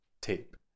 tape